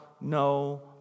no